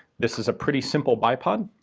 this is a pretty simple bipod,